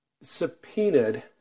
subpoenaed